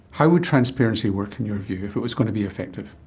how would transparency work, in your view, if it was going to be effective?